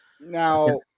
Now